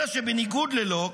אלא שבניגוד ללוק,